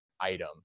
item